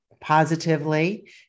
positively